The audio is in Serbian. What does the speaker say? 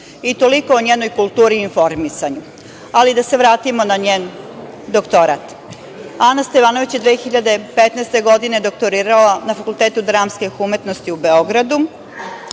I toliko o njenoj kulturi i informisanju. Ali, da se vratimo na njen doktorat. Ana Stevanović je 2015. godine doktorirala na Fakultetu dramskih umetnosti u Beogradu